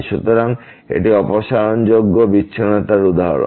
সুতরাং এটি অপসারণযোগ্য বিচ্ছিন্নতার উদাহরণ